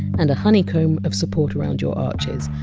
and a honeycomb of support around your arches,